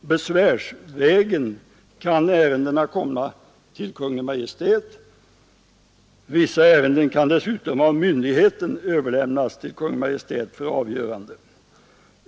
Besvärsvägen kan ärendena komma till Kungl. Maj:t. Vissa ärenden kan dessutom av myndigheten överlämnas till Kungl. Maj:t för avgörande.